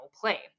play